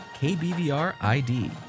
kbvrid